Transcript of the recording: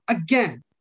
Again